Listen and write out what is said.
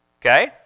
Okay